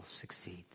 succeeds